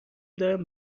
دارم